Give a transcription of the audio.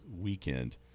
weekend